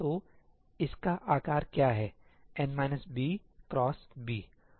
तो इसका आकार क्या है क्रॉस b